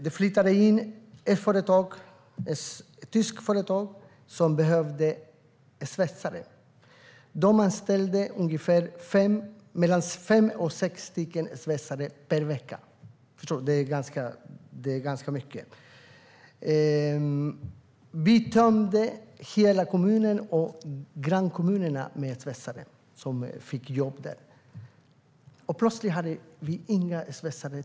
Det flyttade dit ett tyskt företag som behövde svetsare. Man anställde mellan fem och sex svetsare per vecka, och det är ganska många. Vi tömde hela kommunen och grannkommunen på svetsare som fick jobb på företaget. Plötsligt fanns det inga fler svetsare.